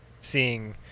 seeing